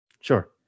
Sure